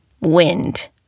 wind